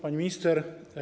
Pani Minister!